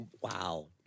wow